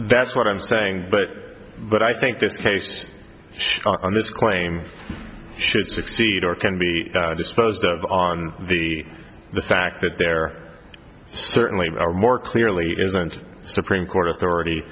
that's what i'm saying but but i think this case on this claim should succeed or can be disposed of on the the fact that there certainly are more clearly isn't supreme court authority